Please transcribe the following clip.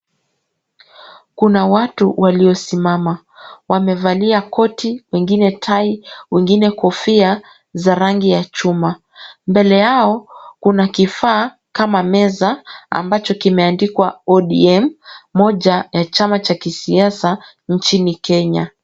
Kuna watu waliosimama wamevalia koti wengine tai wengine kofia za rangi ya chuma mbele yao kuna kifaa kama meza ambacho kimeandikwa ODM Moja ya chama cha kisiasa nchini Kenya.